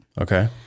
okay